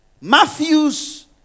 Matthew's